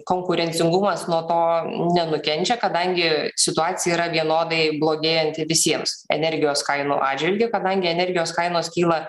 konkurencingumas nuo to nenukenčia kadangi situacija yra vienodai blogėjanti visiems energijos kainų atžvilgiu kadangi energijos kainos kyla